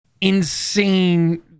insane